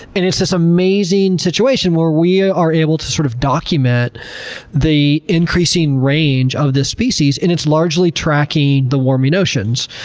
and it's this amazing situation where we are able to, sort of, document the increasing range of this species and it's largely tracking the warming oceans.